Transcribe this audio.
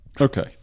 Okay